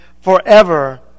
Forever